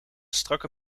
strakke